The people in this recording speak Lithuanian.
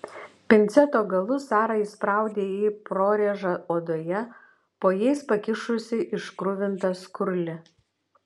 pinceto galus sara įspraudė į prorėžą odoje po jais pakišusi iškruvintą skurlį